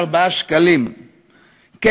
3,464 שקלים בחודש.